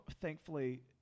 thankfully